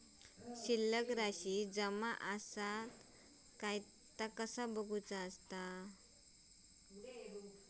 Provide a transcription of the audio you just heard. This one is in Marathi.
शिल्लक राशी जमा आसत काय ता कसा बगायचा?